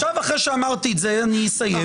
אחרי שאמרתי את זה אני אסיים.